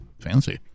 Fancy